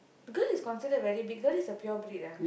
girl is considered very big girl is a pure breed ah